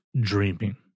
dreaming